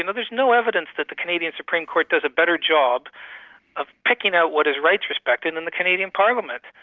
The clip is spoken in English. and there's no evidence that the canadian supreme court does a better job of picking out what is rights respecting than the canadian parliament.